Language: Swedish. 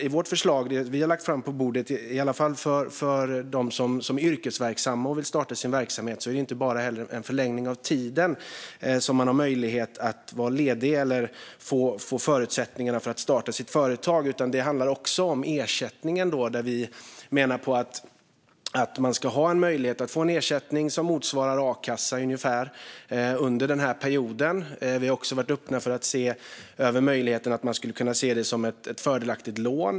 I det förslag som vi har lagt på bordet om de som är yrkesverksamma och vill starta en verksamhet handlar det inte bara om en förlängning av den tid som man ska ha möjlighet att vara ledig eller de förutsättningar man kan få för att starta sitt företag, utan det handlar också om ersättningen. Enligt oss ska man under den här perioden kunna få en ersättning som ungefär motsvarar a-kassan. Vi har också varit öppna för att se över möjligheten att ge det som ett fördelaktigt lån.